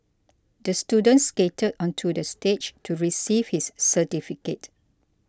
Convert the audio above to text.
the student skated onto the stage to receive his certificate